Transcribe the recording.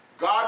God